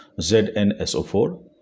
ZnSO4